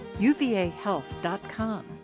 Uvahealth.com